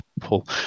pull